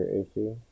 issue